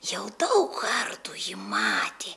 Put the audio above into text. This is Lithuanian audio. jau daug kartų ji matė